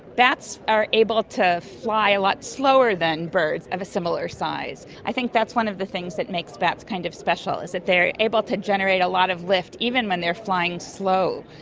bats are able to fly a lot slower than birds of a similar size. i think that's one of the things that makes bats kind of special is that they are able to generate a lot of lift, even when they are flying slow.